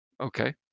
Okay